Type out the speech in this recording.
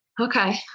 Okay